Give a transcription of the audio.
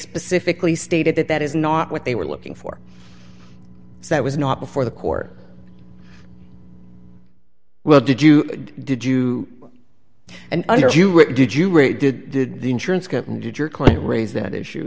specifically stated that that is not what they were looking for so it was not before the court well did you did you and did you really did did the insurance company did your client raise that issue